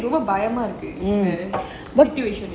ரொம்ப பயம்மா இருக்கு:romba bayamaa iruku situation